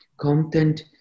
content